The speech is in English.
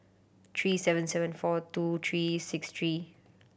three seven seven four two three six three